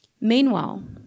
Meanwhile